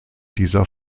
dieser